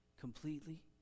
completely